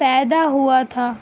پیدا ہوا تھا